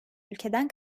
ülkeden